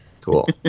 Cool